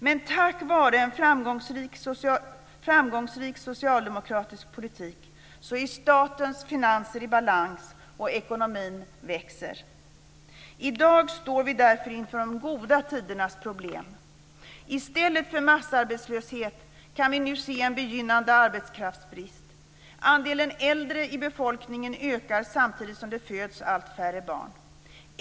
Men tack vare en framgångsrik socialdemokratisk politik är statens finanser i balans och ekonomin växer. I dag står vi därför inför de goda tidernas problem. I stället för massarbetslöshet kan vi nu se en begynnande arbetskraftsbrist. Andelen äldre i befolkningen ökar samtidigt som det föds allt färre barn.